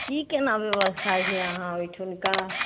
कि कोना बेबस्था छै अहाँ ओहिठामके